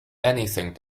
anything